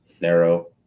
narrow